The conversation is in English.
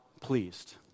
pleased